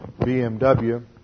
BMW